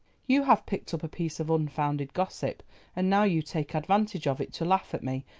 you have picked up a piece of unfounded gossip and now you take advantage of it to laugh at me,